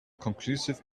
conclusive